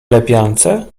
lepiance